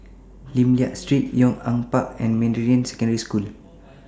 Lim Liak Street Yong An Park and Meridian Secondary School